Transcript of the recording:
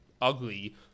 ugly